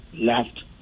left